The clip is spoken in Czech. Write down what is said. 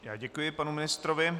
Já děkuji panu ministrovi.